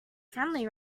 friendly